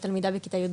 תלמידה בכיתה יב',